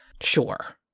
Sure